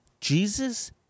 jesus